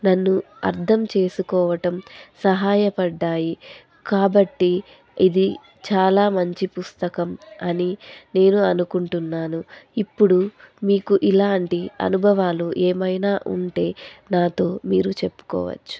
నన్ను అర్థం చేసుకోవడంలో సహాయపడ్డాయి కాబట్టి ఇది చాలా మంచి పుస్తకం అని నేను అనుకుంటున్నాను ఇప్పుడు మీకు ఇలాంటి అనుభవాలు ఏమైనా ఉంటే నాతో మీరు చెప్పుకోవచ్చు